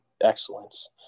excellence